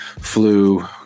flu